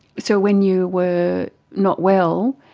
so when you were not well,